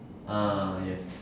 ah yes